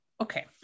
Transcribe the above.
okay